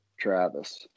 Travis